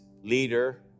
leader